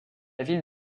ville